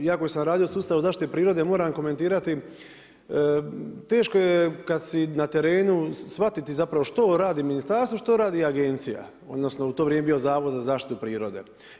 Ja koji sam radio u sustavu zaštite prirode moram komentirati, teško je kada se na terenu shvatiti što radi ministarstvo, što radi agencije. odnosno u to vrijeme je bio Zavod za zaštitu prirode.